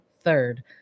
third